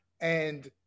and-